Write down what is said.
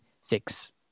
six